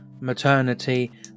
maternity